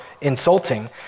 insulting